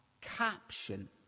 caption